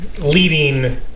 leading